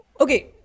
okay